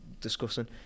discussing